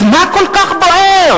אז מה כל כך בוער?